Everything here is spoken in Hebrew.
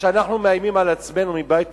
ואנחנו מאיימים על עצמנו מבית